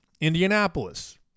Indianapolis